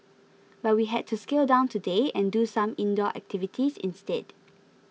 but we had to scale down today and do some indoor activities instead